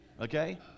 Okay